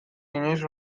inoiz